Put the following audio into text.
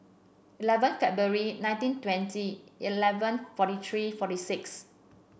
eleven February nineteen twenty eleven forty three forty six